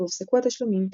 והופסקו התשלומים.